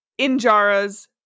injaras